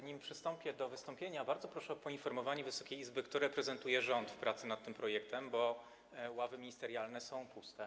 Nim przystąpię do wystąpienia, bardzo proszę o poinformowanie Wysokiej Izby, kto reprezentuje rząd w pracy nad tym projektem, bo ławy ministerialne są puste.